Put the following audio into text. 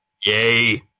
Yay